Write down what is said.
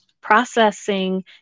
processing